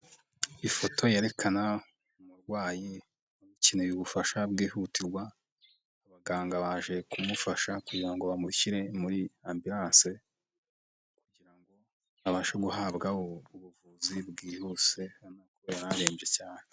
Ifoto yerekana umurwayi ukeneye ubufasha bwihutirwa, abaganga baje kumufasha kugira ngo bamushyire muri ambilance kugira ngo abashe guhabwa ubuvuzi bwihuse yari arembye cyane.